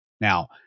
Now